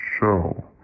show